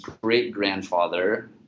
great-grandfather